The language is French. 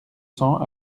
cents